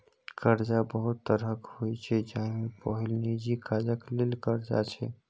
करजा बहुत तरहक होइ छै जाहि मे पहिल निजी काजक लेल करजा छै